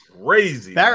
crazy